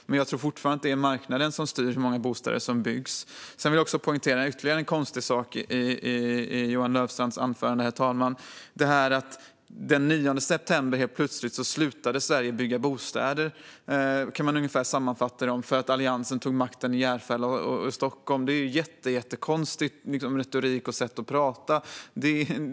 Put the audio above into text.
Men jag tror fortfarande att det är marknaden som styr hur många bostäder som byggs. Sedan vill jag poängtera en ytterligare konstig sak i Johan Löfstrands anförande. Den 9 september slutade Sverige helt plötsligt att bygga bostäder - så kan man ungefär sammanfatta det - därför att Alliansen tog makten i Järfälla och i Stockholm. Det är en jättekonstig retorik och ett jättekonstigt sätt att prata.